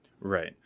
Right